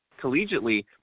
Collegiately